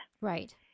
Right